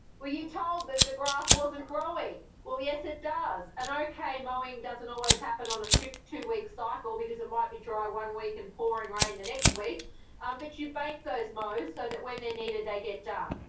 were you told that the grass wasn't growing? well yes it does and okay, mowing doesn't always happen on a strict two-week cycle because it might be dry one week and pouring rain the next week but you bank those mows so that when they're needed, they get done.